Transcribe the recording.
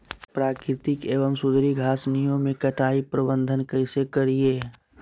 प्राकृतिक एवं सुधरी घासनियों में कटाई प्रबन्ध कैसे करीये?